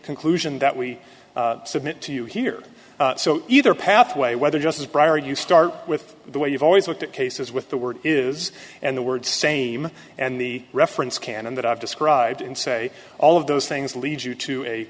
conclusion that we submit to you here so either pathway whether justice breyer you start with the way you've always looked at cases with the word is and the word same and the reference can in that i've described and say all of those things lead you to a